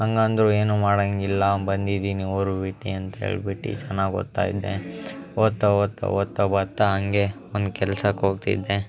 ಹಾಗಂದ್ರು ಏನೂ ಮಾಡೋಂಗಿಲ್ಲ ಬಂದಿದ್ದೀನಿ ಊರು ಬಿಟ್ಟು ಅಂತ ಹೇಳ್ಬಿಟ್ಟು ಚೆನ್ನಾಗಿ ಓದುತ್ತಾ ಇದ್ದೆ ಓದುತ್ತಾ ಓದುತ್ತಾ ಓದುತ್ತಾ ಓದುತ್ತಾ ಹಂಗೇ ಒಂದು ಕೆಲ್ಸಕ್ಕೆ ಹೋಗ್ತಿದ್ದೆ